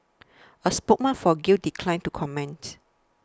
a spokeswoman for Grail declined to comment